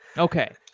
okay.